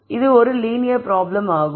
இது ஒரு linear problem ஆகும்